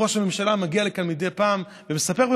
ראש הממשלה מגיע לכאן מדי פעם ומספר,